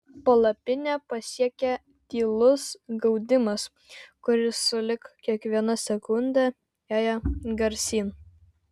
palapinę pasiekė tylus gaudimas kuris sulig kiekviena sekunde ėjo garsyn